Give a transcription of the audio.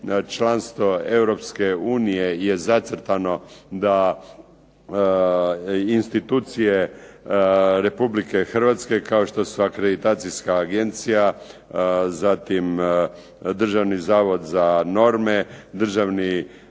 članstvo Europske unije je zacrtano da institucije Republike Hrvatske, kao što su Akreditacijska agencija, zatim Državni zavod za norme, Državni